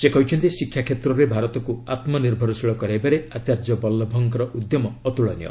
ସେ କହିଛନ୍ତି ଶିକ୍ଷା କ୍ଷେତ୍ରରେ ଭାରତକୁ ଆତ୍ମନିର୍ଭରଶୀଳ କରାଇବାରେ ଆଚାର୍ଯ୍ୟ ବଲ୍ଲଭଙ୍କର ଉଦ୍ୟମ ଅତ୍କଳନୀୟ